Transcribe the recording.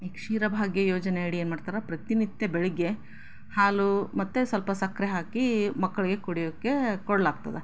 ಈ ಕ್ಷೀರ ಭಾಗ್ಯ ಯೋಜನೆ ಅಡಿ ಏನು ಮಾಡ್ತರೆ ಪ್ರತಿನಿತ್ಯ ಬೆಳಿಗ್ಗೆ ಹಾಲು ಮತ್ತು ಸ್ವಲ್ಪ ಸಕ್ಕರೆ ಹಾಕಿ ಮಕ್ಕಳಿಗೆ ಕುಡಿಯೋಕೆ ಕೊಡ್ಲಾಗ್ತದೆ